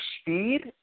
speed